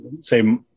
say